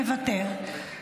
מוותר,